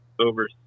over